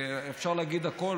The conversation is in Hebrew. ואפשר להגיד הכול,